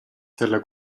selle